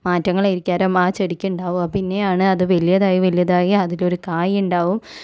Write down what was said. മാറ്റങ്ങളായിരിക്കാരം ആ ചേദിക്കുണ്ടാകുക പിന്നെ ആണ് അത് വലിയതായി വലിയതായി അതിലൊരു കായുണ്ടാകും